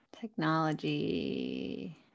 Technology